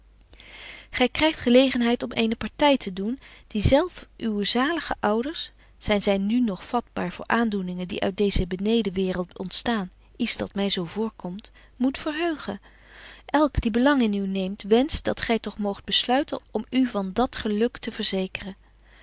krygt gelegenheid om eene party te doen die zelf uwe zalige ouders zyn zy nu nog vatbaar voor aandoeningen die uit deeze beneden waereld ontstaan iets dat my zo voorkomt moet verheugen elk die belang in u neemt wenscht dat gy toch moogt besluiten om u van dat geluk te verzekeren